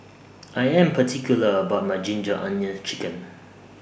I Am particular about My Ginger Onions Chicken